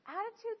Attitudes